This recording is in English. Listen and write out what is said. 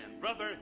Brother